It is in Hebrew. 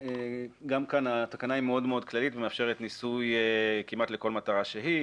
גם כאן התקנה היא מאוד מאוד כללית ומאפשרת ניסוי כמעט לכל מטרה שהיא,